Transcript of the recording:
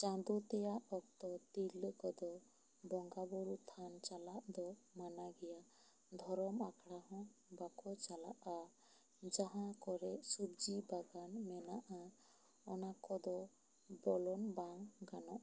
ᱪᱟᱸᱫᱚ ᱛᱮᱭᱟᱜ ᱚᱠᱛᱚ ᱛᱤᱨᱞᱟᱹ ᱠᱚ ᱫᱚ ᱵᱚᱝᱜᱟ ᱵᱩᱨᱩ ᱛᱷᱟᱱ ᱪᱟᱞᱟᱜ ᱫᱚ ᱢᱟᱱᱟ ᱜᱮᱭᱟ ᱫᱷᱚᱨᱚᱢ ᱟᱠᱷᱲᱟ ᱦᱚᱸ ᱵᱟᱠᱚ ᱪᱟᱞᱟᱜᱼᱟ ᱡᱟᱦᱟᱸ ᱠᱚᱨᱮ ᱥᱚᱵᱡᱤ ᱵᱟᱟᱜᱟᱱ ᱢᱮᱱᱟᱜᱼᱟ ᱚᱱᱟ ᱠᱚᱫᱚ ᱵᱚᱞᱚᱱ ᱵᱟᱝ ᱜᱟᱱᱚᱜᱼᱟ